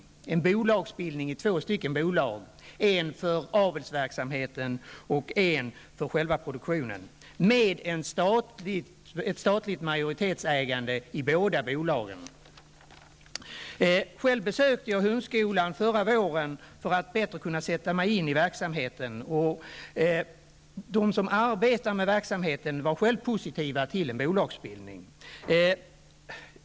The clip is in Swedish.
Det skulle vara två bolag: ett för avelsverksamheten och ett för själva produktionen, med statligt majoritetsägande i båda bolagen. Själv besökte jag hundskolan förra våren för att bättre kunna sätta mig in i verksamheten. De som arbetar med verksamheten var själva positiva till bolagsbildning.